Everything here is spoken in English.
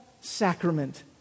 sacrament